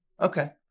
Okay